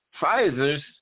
Pfizer's